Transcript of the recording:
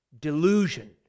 delusion